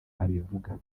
abivuga